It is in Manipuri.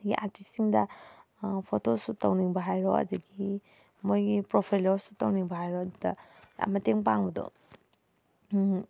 ꯑꯗꯒꯤ ꯑꯥꯔꯇꯤꯁꯁꯤꯡꯗ ꯐꯣꯇꯣ ꯁꯨꯠ ꯇꯧꯅꯤꯡꯕ ꯍꯥꯏꯔꯣ ꯑꯗꯒꯤ ꯃꯣꯏꯒꯤ ꯄ꯭ꯔꯣꯐꯨꯂꯤꯌꯣꯁꯨ ꯇꯧꯅꯤꯡꯕ ꯍꯥꯏꯔꯣ ꯑꯗꯨꯗ ꯌꯥꯝ ꯃꯇꯦꯡ ꯄꯥꯡꯕꯗꯣ